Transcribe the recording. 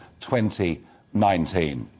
2019